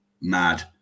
Mad